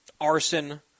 arson